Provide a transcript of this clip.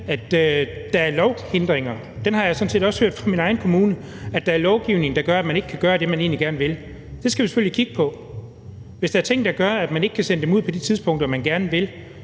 at der er lovhindringer, og det har jeg sådan set også hørt fra min egen kommune, altså at der er lovgivning, der gør, at man ikke kan gøre det, man egentlig gerne vil, skal vi selvfølgelig kigge på det. Hvis der er ting, der gør, at man ikke kan sende noget ud på det tidspunkt, man gerne vil